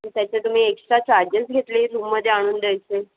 आणि त्याचे तुम्ही एक्स्ट्रा चार्जेस घेतले रूममध्ये आणून द्यायचे